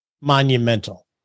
monumental